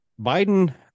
Biden